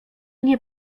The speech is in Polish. nie